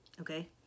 okay